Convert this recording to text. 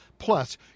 Plus